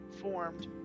formed